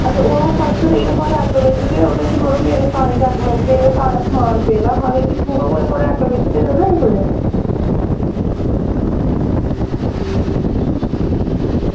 अते ओह् पर्स रेही गेदा थुआढ़े आटो बिच्च ते ओह्दे च मड़ो मेरे सारे डॉक्यूमैंट पेदे सारा समान पेदा हा ते दिक्खो आं कुदै थुआढ़े आटो बिच्च ने नि ना पेदे कुदै